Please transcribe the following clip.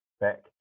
back